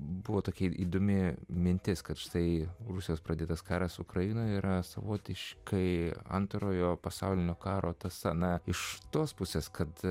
buvo tokia įdomi mintis kad štai rusijos pradėtas karas ukrainoje yra savotiškai antrojo pasaulinio karo ta scena iš tos pusės kad